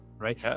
Right